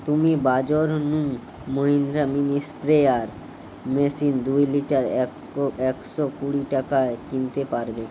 তুমি বাজর নু মহিন্দ্রা মিনি স্প্রেয়ার মেশিন দুই লিটার একশ কুড়ি টাকায় কিনতে পারবে